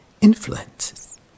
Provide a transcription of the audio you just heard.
influences